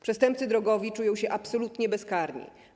Przestępcy drogowi czują się absolutnie bezkarni.